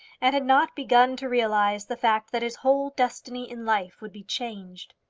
and had not begun to realize the fact that his whole destiny in life would be changed.